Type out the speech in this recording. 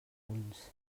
punts